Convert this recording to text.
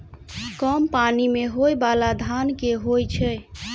कम पानि मे होइ बाला धान केँ होइ छैय?